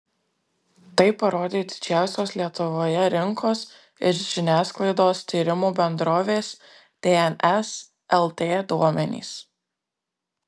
tai parodė didžiausios lietuvoje rinkos ir žiniasklaidos tyrimų bendrovės tns lt duomenys